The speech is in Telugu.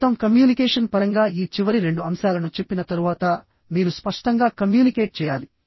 మొత్తం కమ్యూనికేషన్ పరంగా ఈ చివరి రెండు అంశాలను చెప్పిన తరువాత మీరు స్పష్టంగా కమ్యూనికేట్ చేయాలి